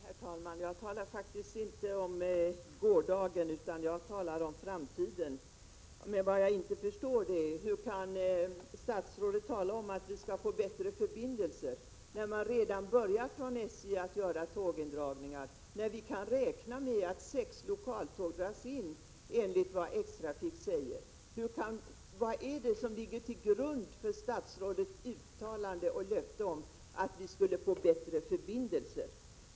Herr talman! Jag talar faktiskt inte om gårdagen utan om framtiden. Vad jaginte förstår är hur statsrådet kan tala om att vi skall få bättre förbindelser, när SJ redan börjat göra tågindragningar och när vi kan räkna med att sex lokaltåg dras in enligt vad X-trafik säger. Vad är det som ligger till grund för statsrådets uttalande och löfte om att vi skulle få bättre förbindelser?